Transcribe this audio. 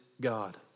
God